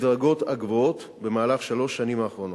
בדרגות הגבוהות, במהלך שלוש השנים האחרונות.